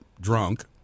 drunk